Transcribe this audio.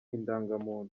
indangamuntu